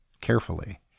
carefully